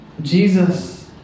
Jesus